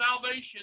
salvation